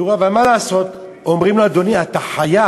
תראו, אבל מה לעשות, אומרים לו: אדוני, אתה חייב.